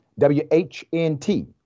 WHNT